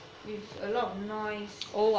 with a lot of noise